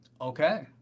Okay